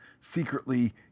secretly